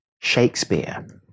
Shakespeare